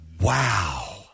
Wow